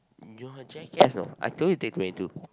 you are a jack ass you know I told you take twenty two